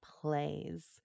plays